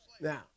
now